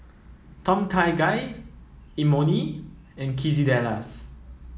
Tom Kha Gai Imoni and Quesadillas